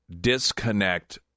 disconnect